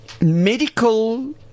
medical